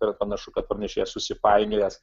yra panašu kad parnešėjas susipainiojęs